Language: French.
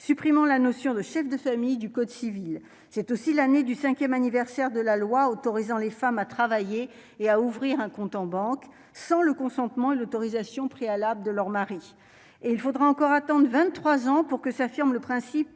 supprimant la notion de chef de famille du code civil, c'est aussi l'année du 5ème anniversaire de la loi autorisant les femmes à travailler et à ouvrir un compte en banque sans le consentement et l'autorisation préalable de leur mari, et il faudra encore attendent 23 ans, pour que s'affirme le principe